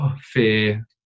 fear